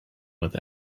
with